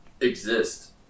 exist